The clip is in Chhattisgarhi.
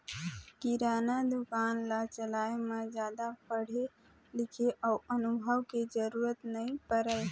किराना दुकान ल चलाए म जादा पढ़े लिखे अउ अनुभव के जरूरत नइ परय